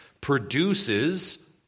produces